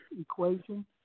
equation